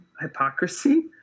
Hypocrisy